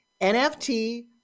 NFT